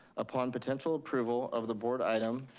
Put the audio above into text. upon potential approval of the board item,